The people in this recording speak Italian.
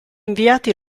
inviati